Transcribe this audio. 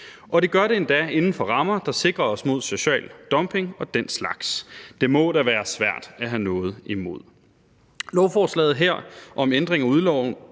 og det gør det endda inden for rammer, der sikrer os mod social dumping og den slags. Det må da være svært at have noget imod. I lovforslaget her om en ændring af